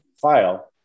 file